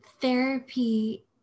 therapy